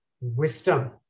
wisdom